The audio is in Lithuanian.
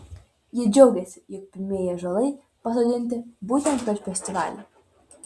ji džiaugėsi jog pirmieji ąžuolai pasodinti būtent per festivalį